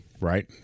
right